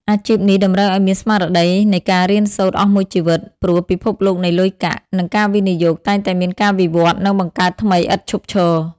អាជីពនេះតម្រូវឱ្យមានស្មារតីនៃការរៀនសូត្រអស់មួយជីវិត ព្រោះពិភពនៃលុយកាក់ និងការវិនិយោគតែងតែមានការវិវត្តន៍ និងបង្កើតថ្មីឥតឈប់ឈរ។